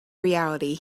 reality